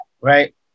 right